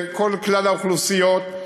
וכלל האוכלוסיות,